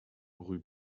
rue